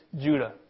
Judah